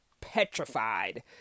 petrified